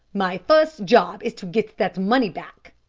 my first job is to get that money back,